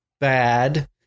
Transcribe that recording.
bad